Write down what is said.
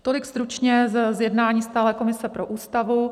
Tolik stručně z jednání Stálé komise pro Ústavu.